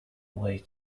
way